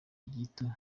gito